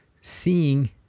seeing